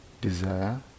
desire